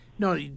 No